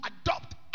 adopt